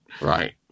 right